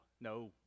no